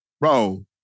bro